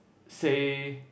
say